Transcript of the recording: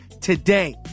today